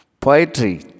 Poetry